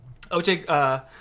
OJ